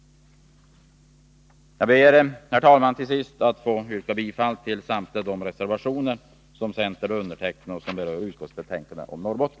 Herr talman! Jag ber till sist att få yrka bifall till samtliga de reservationer som centerns utskottsledamöter undertecknat och som berör utskottsbetänkandena om Norrbotten.